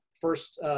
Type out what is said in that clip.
first